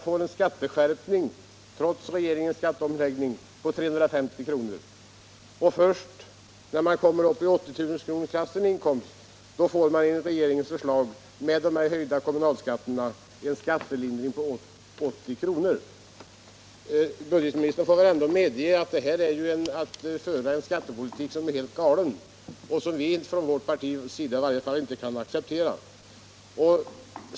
får en skatteskärpning, trots regeringens skatteomläggning, på 350 kr. Först när man kommer upp i en inkomst av 80 000 kr. får man enligt regeringens förslag tillsammans med de höjda kommunalskatterna en skattelindring på 80 kr. Budgetministern får väl ändå medge att detta är att föra en skattepolitik som är helt galen. En sådan skattepolitik kan vi från vårt parti i varje fall inte acceptera.